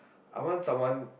I want someone